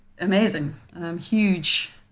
amazing—huge